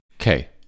Okay